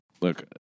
Look